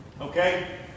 Okay